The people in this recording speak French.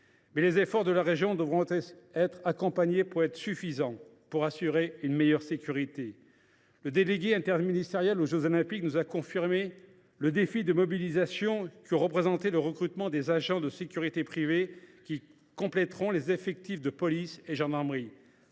Mais les efforts de la région doivent être accompagnés pour être suffisants, pour assurer une meilleure sécurité. Le délégué interministériel aux jeux Olympiques et Paralympiques nous a confirmé le défi de mobilisation que représente le recrutement des agents de sécurité privée qui compléteront les effectifs de police et gendarmerie.